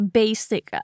basic